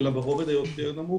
אלא ברובד היותר נמוך